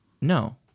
No